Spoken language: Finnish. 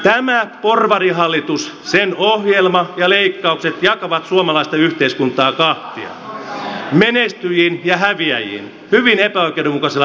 tämä porvarihallitus sen ohjelma ja leikkaukset jakavat suomalaista yhteiskuntaa kahtia menestyjiin ja häviäjiin hyvin epäoikeudenmukaisella tavalla